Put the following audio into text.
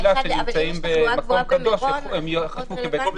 שבתי תפילה שנמצאים במקום קדוש יאכפו כבית כנסת.